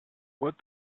what